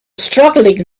struggling